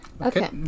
Okay